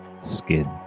skin